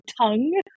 tongue